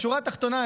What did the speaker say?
בשורה התחתונה,